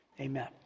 Amen